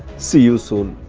see you soon!